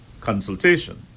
consultation